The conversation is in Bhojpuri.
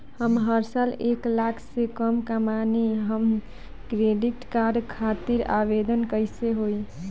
हम हर साल एक लाख से कम कमाली हम क्रेडिट कार्ड खातिर आवेदन कैसे होइ?